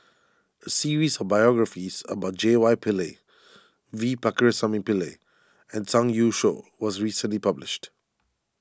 a series of biographies about J Y Pillay V Pakirisamy Pillai and Zhang Youshuo was recently published